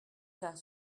cas